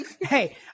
Hey